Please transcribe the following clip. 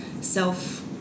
self